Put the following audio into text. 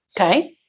Okay